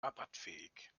rabattfähig